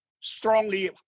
strongly